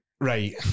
right